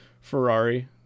Ferrari